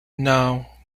now